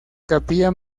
capilla